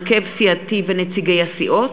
הרכב סיעתי ונציגי הסיעות,